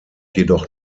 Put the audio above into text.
jedoch